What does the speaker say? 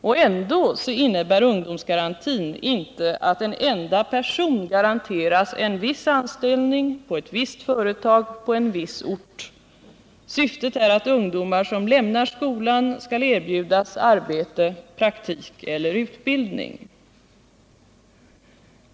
Och ändå innebär ungdomsgarantin inte att en enda person garanteras en viss anställning, på ett visst företag eller på en viss ort. Syftet är att ungdomar som lämnar skolan skall erbjudas arbete, praktik eller utbildning.